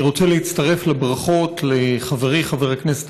אני רוצה להצטרף לברכות לחברי חבר הכנסת